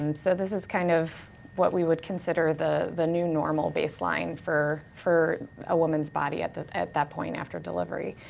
um so this is kind of what we would consider the the new normal baseline for for a woman's body at that at that point after delivery.